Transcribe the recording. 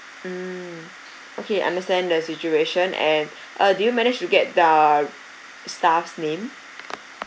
mm okay understand the situation and uh did you manage to get the staff's name